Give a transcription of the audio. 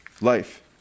life